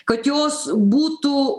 kad jos būtų